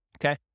Okay